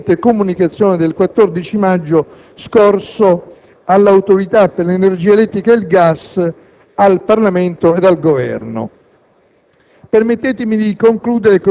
come messo in luce anche dalla recente comunicazione del 14 maggio scorso dell'Autorità per l'energia elettrica e il gas al Parlamento ed al Governo.